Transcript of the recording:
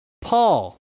Paul